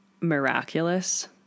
miraculous